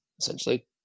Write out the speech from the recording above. essentially